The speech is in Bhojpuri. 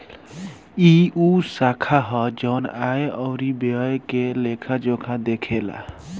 ई उ शाखा ह जवन आय अउरी व्यय के लेखा जोखा देखेला